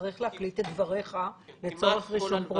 צריך להקליט את דבריך לצורך רישום פרוטוקול.